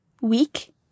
week